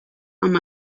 amb